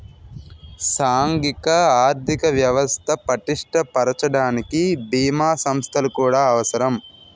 సాంఘిక ఆర్థిక వ్యవస్థ పటిష్ట పరచడానికి బీమా సంస్థలు కూడా అవసరం